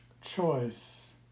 choice